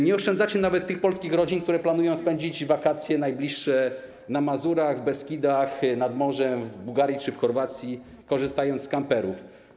Nie oszczędzacie nawet tych polskich rodzin, które planują spędzić najbliższe wakacje na Mazurach, w Beskidach, nad morzem, w Bułgarii czy w Chorwacji, korzystając z kamperów.